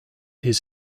his